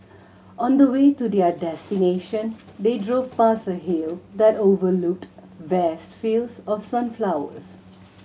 on the way to their destination they drove past a hill that overlooked vast fields of sunflowers